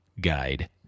guide